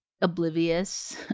oblivious